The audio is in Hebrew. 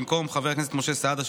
במקום חבר הכנסת משה סעדה,